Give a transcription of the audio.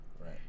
right